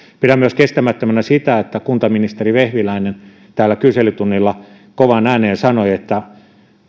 pidän kestämättömänä myös sitä että kuntaministeri vehviläinen täällä kyselytunnilla kovaan ääneen sanoi että